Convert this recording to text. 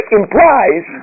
implies